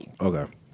Okay